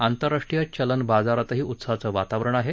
आंतरराष्ट्रीय चलन बाजारातही उत्साहाचं वातावरण आहे